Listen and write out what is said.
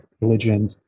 religion